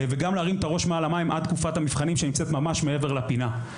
וגם להרים את הראש מעל המים עד תקופת המבחנים שנמצאת ממש מעבר לפינה.